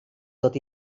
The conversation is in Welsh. dod